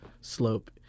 slope